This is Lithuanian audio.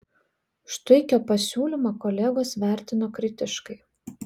štuikio pasiūlymą kolegos vertino kritiškai